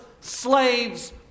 slaves